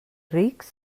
rics